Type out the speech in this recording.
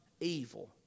evil